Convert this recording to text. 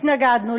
והתנגדנו,